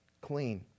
clean